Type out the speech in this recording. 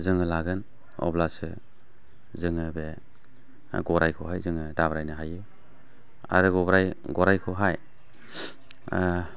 जोङो लागोन अब्लासो जोङो बे गराइखौहाय जोङो दाब्रायनो हायो आरो गराइखौहाय